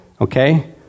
Okay